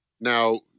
Now